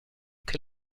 che